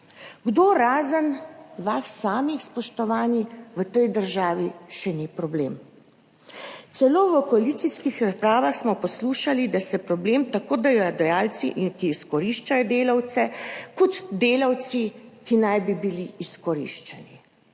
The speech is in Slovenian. Kdo, razen vas samih, spoštovani, v tej državi še ni problem? Celo v koalicijskih razpravah smo poslušali, da so problem tako delodajalci, ki izkoriščajo delavce, kot delavci, ki naj bi bili izkoriščeni.